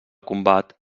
combat